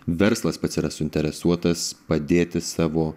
verslas pats yra suinteresuotas padėti savo